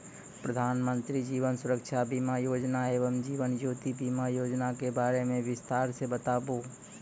प्रधान मंत्री जीवन सुरक्षा बीमा योजना एवं जीवन ज्योति बीमा योजना के बारे मे बिसतार से बताबू?